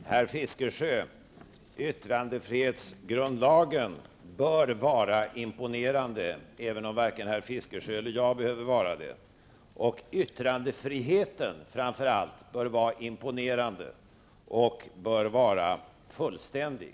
Fru talman! Herr Fiskesjö! Yttrandefrihetsgrundlagen bör vara imponerande, även om varken herr Fiskesjö eller jag behöver vara det. Framför allt bör yttrandefriheten vara imponerande, och den bör vara fullständig.